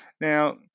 Now